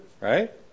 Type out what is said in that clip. right